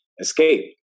escape